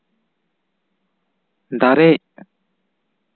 ᱫᱟᱨᱮ